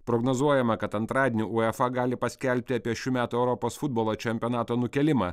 prognozuojama kad antradienį uefa gali paskelbti apie šių metų europos futbolo čempionato nukėlimą